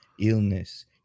illness